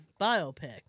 biopic